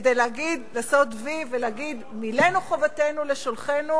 כדי לעשות "וי" וכדי להגיד: מילאנו את חובתנו לשולחינו,